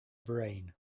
brain